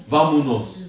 Vamos